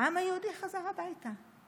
העם היהודי חזר הביתה.